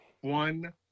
one